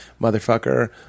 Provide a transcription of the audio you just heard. motherfucker